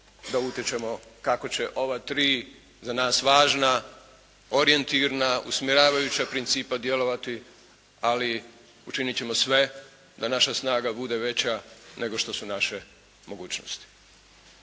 da utječemo kako će ova tri za nas važna orijentirna usmjeravajuća principa djelovati ali učinit ćemo sve da naša snaga bude veća nego što su naše mogućnosti,